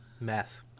Math